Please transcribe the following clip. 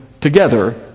together